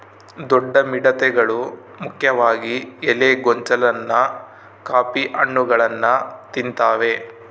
ದೊಡ್ಡ ಮಿಡತೆಗಳು ಮುಖ್ಯವಾಗಿ ಎಲೆ ಗೊಂಚಲನ್ನ ಕಾಫಿ ಹಣ್ಣುಗಳನ್ನ ತಿಂತಾವೆ